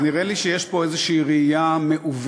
אז נראה לי שיש פה איזו ראייה מעוותת